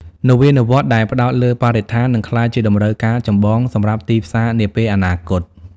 នវានុវត្តន៍ដែលផ្ដោតលើបរិស្ថាននឹងក្លាយជាតម្រូវការចម្បងសម្រាប់ទីផ្សារនាពេលអនាគត។